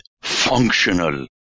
functional